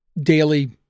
daily